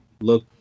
look